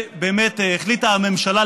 והחליטה הממשלה,